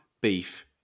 beef